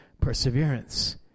perseverance